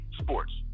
Sports